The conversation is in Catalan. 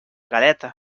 galeta